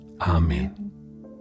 Amen